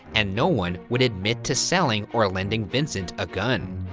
and no one would admit to selling or lending vincent a gun.